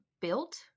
built